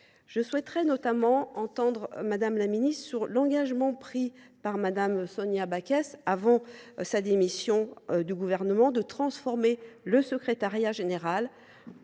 Je souhaiterais notamment entendre Mme la ministre sur l’engagement qu’avait pris Mme Sonia Backès, avant sa démission du Gouvernement, de transformer le secrétariat général